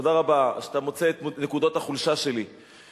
תודה רבה שאתה מוצא את נקודות החולשה שלי,